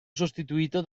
sostituito